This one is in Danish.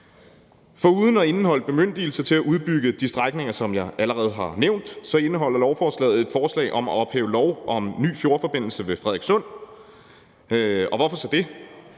Foruden at indeholde bemyndigelse til at udbygge de strækninger, som jeg allerede har nævnt, indeholder lovforslaget et forslag om at ophæve lov om en ny fjordforbindelse ved Frederikssund. Og hvorfor så det?